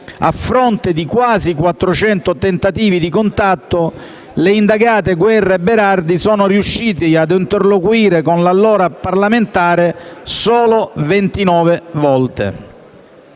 a fronte di quasi 400 tentativi di contatto, le indagate Guerra e Berardi sono riuscite ad interloquire con l'allora parlamentare solo 29 volte.